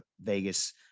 Vegas